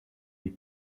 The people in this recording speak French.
les